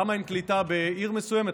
למה אין קליטה בעיר מסוימת?